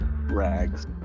rags